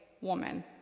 woman